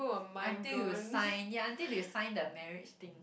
until you sign ya until they sign the marriage thing